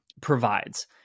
provides